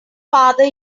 father